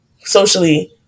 socially